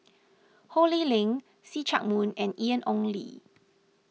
Ho Lee Ling See Chak Mun and Ian Ong Li